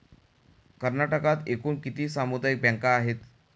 कर्नाटकात एकूण किती सामुदायिक बँका आहेत?